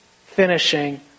finishing